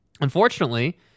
unfortunately